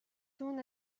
soon